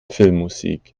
filmmusik